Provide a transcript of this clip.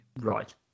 Right